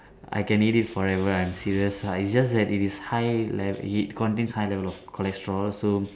I can eat it forever I'm serious uh is just that it is high level it contains high level of cholesterol so